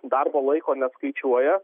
darbo laiko neskaičiuoja